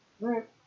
Right